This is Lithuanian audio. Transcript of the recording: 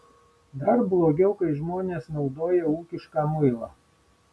dar blogiau kai žmonės naudoja ūkišką muilą